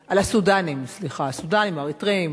הסודנים, אריתריאים,